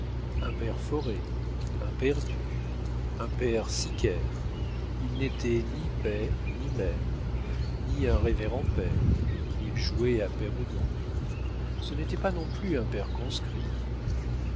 un père foré un père dû un père sicaire il n'était ni père ni maire ni un révérend père il jouait à pair ou non ce n'était pas non plus un père conscrit